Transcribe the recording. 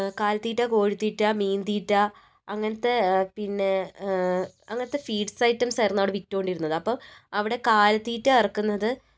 കാലിത്തീറ്റ കോഴിത്തീറ്റ മീൻ തീറ്റ അങ്ങനത്തെ പിന്നെ അങ്ങനത്തെ ഫീഡ്സ് ഐറ്റംസ് ആയിരുന്നു അവിടെ വിറ്റ് കൊണ്ടിരുന്നത് അപ്പോൾ അവിടെ കാലി തീറ്റ ഇറക്കുന്നത്